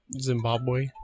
Zimbabwe